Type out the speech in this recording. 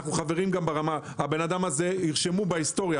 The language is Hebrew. אנחנו חברים הבן אדם הזה יירשם בהיסטוריה